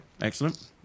excellent